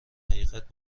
حقیقت